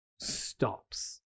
stops